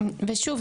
ושוב,